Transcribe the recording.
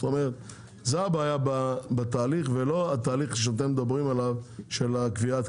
זאת הבעיה בתהליך ולא התהליך שאתם מדברים עליו של הקביעה.